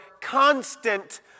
constant